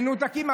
מנותקים.